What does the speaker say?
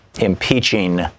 impeaching